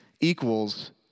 equals